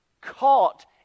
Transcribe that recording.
caught